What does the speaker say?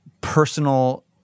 personal